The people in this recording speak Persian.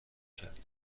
کرد